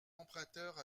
emprunteurs